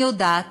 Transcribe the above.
אני יודעת